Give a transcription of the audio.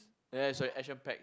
ya ya sorry action pack